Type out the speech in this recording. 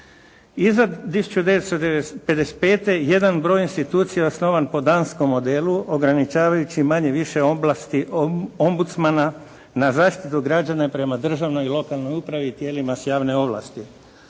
Iza 1955. jedan broj institucija je osnovan po danskom modelu ograničavajući manje-više oblasti Ombudsmana na zaštitu građana prema državnoj i lokalnoj upravi i tijelima s javnim ovlastima.